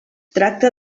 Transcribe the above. tracta